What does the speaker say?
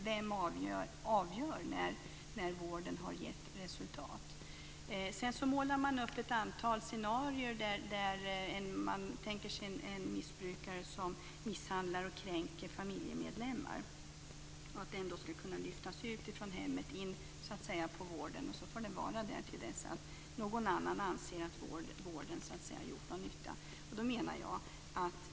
Vem avgör när vården har gett resultat? Sedan målar Moderaterna upp ett antal scenarier. En missbrukare, t.ex., som misshandlar och kränker familjemedlemmar ska kunna skiljas från hemmet och tas in för vård. Sedan får han eller hon vara omhändertagen tills någon annan anser att vården har gjort nytta.